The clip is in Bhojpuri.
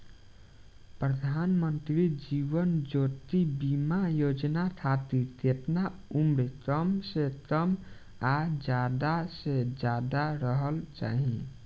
प्रधानमंत्री जीवन ज्योती बीमा योजना खातिर केतना उम्र कम से कम आ ज्यादा से ज्यादा रहल चाहि?